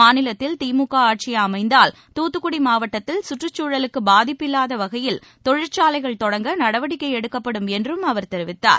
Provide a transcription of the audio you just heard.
மாநிலத்தில் திமுக ஆட்சி அமைத்தால் தூத்துக்குடி மாவட்டத்தில் சுற்றுக்சூழலுக்கு பாதிப்பில்லாத வகையில் தொழிற்சாலைகள் தொடங்க நடவடிக்கை எடுக்கப்படும் என்றும் அவர் தெரிவித்தார்